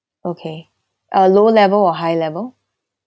okay uh lower level or higher level